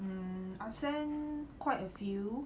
um I've sent quite a few